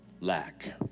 lack